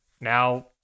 Now